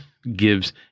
gives